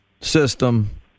system